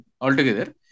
altogether